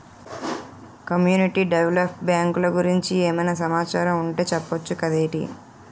community develop బ్యాంకులు గురించి ఏమైనా సమాచారం ఉంటె చెప్పొచ్చు కదేటి